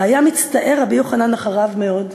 והיה מצטער רבי יוחנן אחריו מאוד.